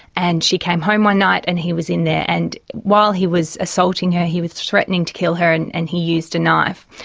and she came home one night and he was in there, and while he was assaulting her he was threatening to kill her and and he used a knife.